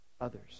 others